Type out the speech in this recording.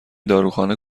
داروخانه